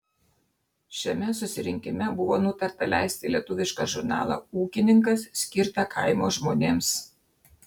šiame susirinkime buvo nutarta leisti lietuvišką žurnalą ūkininkas skirtą kaimo žmonėms